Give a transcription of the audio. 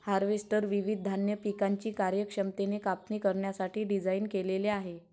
harvester विविध धान्य पिकांची कार्यक्षमतेने कापणी करण्यासाठी डिझाइन केलेले आहे